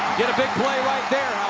get a big play right there,